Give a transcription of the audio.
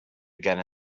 again